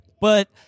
but-